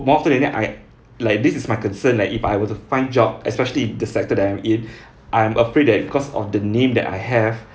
more often than that I like this is my concern that if I were to find job especially the sector that I'm in I am afraid that because of the name that I have